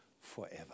forever